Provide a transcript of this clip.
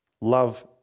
Love